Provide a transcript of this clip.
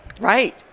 Right